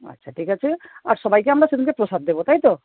আচ্ছা ঠিক আছে আর সবাইকে আমরা সেদিনকে প্রসাদ দেবো তাই তো